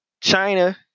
China